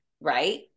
right